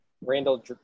Randall